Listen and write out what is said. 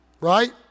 right